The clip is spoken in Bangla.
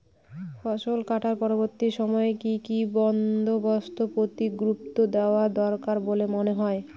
ফসলকাটার পরবর্তী সময়ে কি কি বন্দোবস্তের প্রতি গুরুত্ব দেওয়া দরকার বলে মনে হয়?